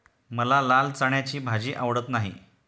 मला लाल चण्याची भाजी आवडत नाही